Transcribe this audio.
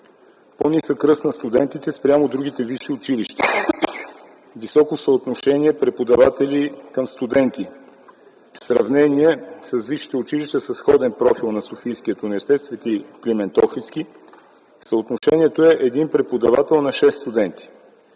по-нисък ръст на студентите спрямо другите висши училища, високо съотношение на преподаватели към студенти. В сравнение с висшите училища със сходен на Софийския университет „Св. Климент Охридски” профил съотношението е един преподавател на шест студенти,